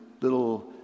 little